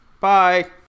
bye